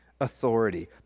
authority